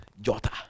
Jota